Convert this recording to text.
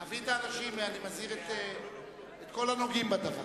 להביא את האנשים, אני מזהיר את כל הנוגעים בדבר.